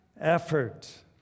effort